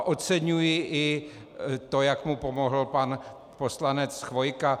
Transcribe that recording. Oceňuji i to, jak mu pomohl pan poslanec Chvojka.